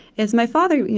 is my father,